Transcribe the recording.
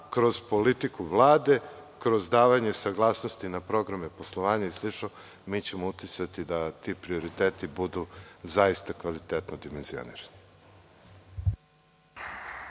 kroz politiku Vlade, kroz davanje saglasnosti na programe poslovanja i slično. Mi ćemo uticati da ti prioriteti budu zaista kvalitetno dimenzionirani.